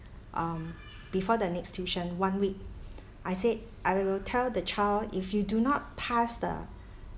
um before the next tuition one week I said I will tell the child if you do not pass the